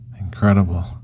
incredible